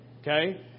okay